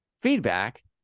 feedback